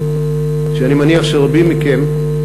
שאני מניח שרבים מכם,